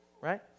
right